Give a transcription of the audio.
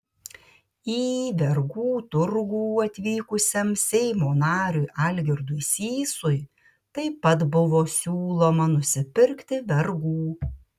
į vergų turgų atvykusiam seimo nariui algirdui sysui taip pat buvo siūloma nusipirkti vergų